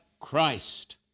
Christ